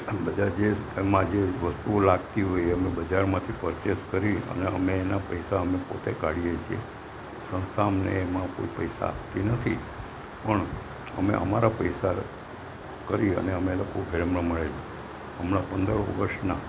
બધા જે રમવા જે વસ્તુઓ લાગતી હોય એ અમે બજારમાંથી પરચેસ કરી અને અમે એના પૈસા અમે પોતે કાઢીએ છીએ સંસ્થા અમને એમાં કોઈ પૈસા આપતી નથી પણ અમે અમારા પૈસા કરી અને અમે લોકો ગેમ રમાડીએ હમણાં પંદર ઓગસ્ટના